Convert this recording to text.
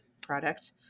product